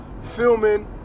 filming